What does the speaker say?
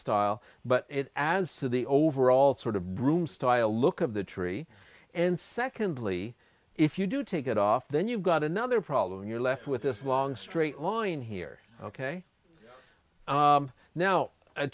style but it adds to the overall sort of room style look of the tree and secondly if you do take it off then you've got another problem you're left with this long straight line here ok now a